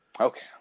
Okay